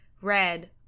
red